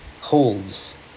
holds